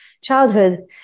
childhood